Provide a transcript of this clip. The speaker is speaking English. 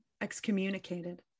excommunicated